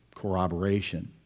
corroboration